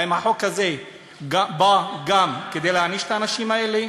האם החוק הזה בא גם כדי להעניש את האנשים האלה?